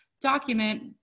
document